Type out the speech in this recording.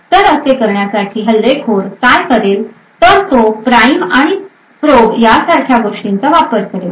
तर असे करण्यासाठी हल्लेखोर काय करेल तर तो प्राईम आणि प्रयोग यांसारख्या गोष्टींचा वापर करेन